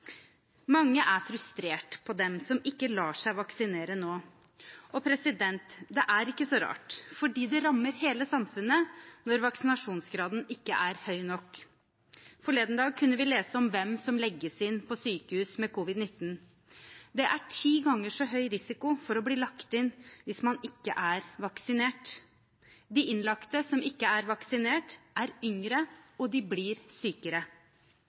Mange er frustrert over dem som ikke lar seg vaksinere nå. Det er ikke så rart, for det rammer hele samfunnet når vaksinasjonsgraden ikke er høy nok. Forleden dag kunne vi lese om hvem som legges inn på sykehus med covid-19. Det er ti ganger så høy risiko for å bli lagt inn hvis man ikke er vaksinert. De innlagte som ikke er vaksinert, er yngre, og de blir sykere.